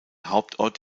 hauptort